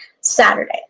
Saturday